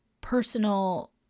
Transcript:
personal